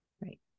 Right